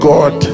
God